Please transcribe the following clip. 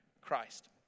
Christ